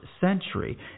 century